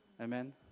Amen